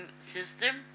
system